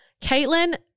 Caitlin